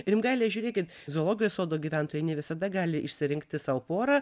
rimgaile žiūrėkit zoologijos sodo gyventojai ne visada gali išsirinkti sau porą